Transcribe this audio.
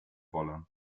wolle